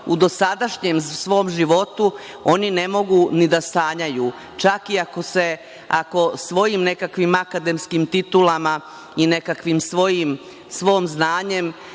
u dosadašnjem svom životu, oni ne mogu ni da sanjaju. Čak i ako svojim nekim akademskim titulama i nekakvim svojim znanjem